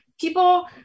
people